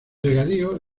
regadío